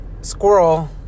Squirrel